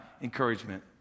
encouragement